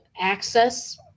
access